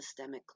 systemically